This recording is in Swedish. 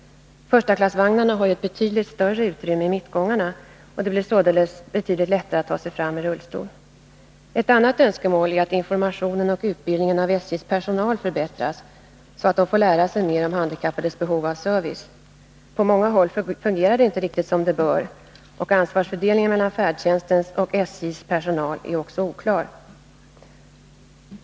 Förstaklassvagnarna har ju ett betydligt större utrymme i mittgångarna, och det blir således lättare att ta sig fram med rullstol. Ett annat önskemål är att informationen och utbildningen av SJ:s personal förbättras, så att personalen får lära sig mer om handikappades behov av service. På många håll fungerar det inte riktigt som det bör. Ansvarsfördelningen mellan färdtjänstens och SJ:s personal är också oklar.